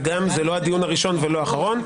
זה לא הדיון הראשון ולא האחרון.